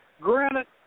granite